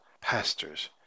pastors